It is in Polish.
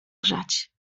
grzać